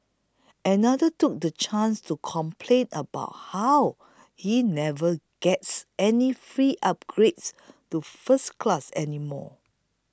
another took the chance to complain about how he never gets any free upgrades to first class anymore